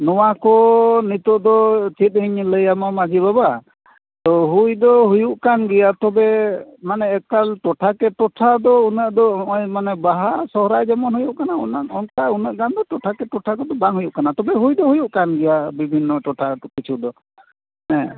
ᱱᱚᱣᱟ ᱠᱚ ᱱᱤᱛᱳᱜ ᱫᱚ ᱪᱮᱫ ᱤᱧ ᱞᱟᱹᱭᱟᱢᱟ ᱢᱟᱺᱡᱷᱤ ᱵᱟᱵᱟ ᱛᱚ ᱦᱩᱭ ᱫᱚ ᱦᱩᱭᱩᱜ ᱠᱟᱱ ᱜᱮᱭᱟ ᱛᱚᱵᱮ ᱢᱟᱱᱮ ᱮᱠᱟᱞ ᱴᱚᱴᱷᱟ ᱠᱮ ᱴᱚᱴᱷᱟ ᱫᱚ ᱩᱱᱟᱹᱜ ᱫᱚ ᱡᱮᱢᱚᱱ ᱵᱟᱦᱟ ᱟᱨ ᱥᱚᱦᱚᱨᱟᱭ ᱡᱮᱢᱚᱱ ᱦᱩᱭᱩᱜ ᱠᱟᱱᱟ ᱚᱱᱟ ᱩᱱᱟᱹᱜ ᱜᱟᱱ ᱫᱚ ᱴᱚᱴᱷᱟ ᱠᱮ ᱴᱚᱴᱷᱟ ᱫᱚ ᱵᱟᱝ ᱦᱩᱭᱩᱜ ᱠᱟᱱᱟ ᱛᱚᱵᱮ ᱦᱩᱭ ᱫᱚ ᱦᱩᱭᱩᱜ ᱠᱟᱱ ᱜᱮᱭᱟ ᱵᱤᱵᱷᱤᱱᱱᱚ ᱴᱚᱴᱷᱟ ᱯᱤᱪᱷᱩ ᱫᱚ ᱦᱮᱸ